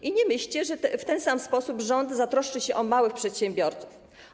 I nie myślcie, że w ten sam sposób rząd zatroszczy się o małych przedsiębiorców.